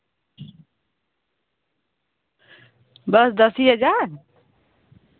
बस दस ही हज़ार